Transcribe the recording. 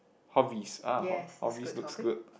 hobbies ah hobbies looks good